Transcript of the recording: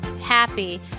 happy